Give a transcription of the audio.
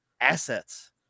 assets